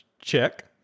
Check